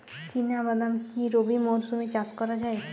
চিনা বাদাম কি রবি মরশুমে চাষ করা যায়?